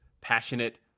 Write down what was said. Passionate